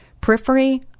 periphery